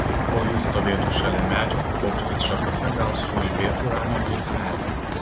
kol ji stovėtų šalia medžio paukštis šakose gal suulbėtų ramią giesmelę